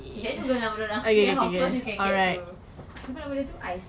okay kakak google nama dia orang see how close we can get to siapa nama dia itu ice